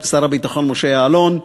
שר הביטחון משה יעלון,